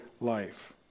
life